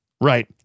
Right